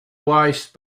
waste